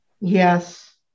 Yes